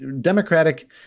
democratic